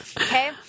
Okay